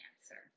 answer